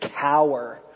cower